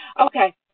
Okay